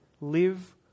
Live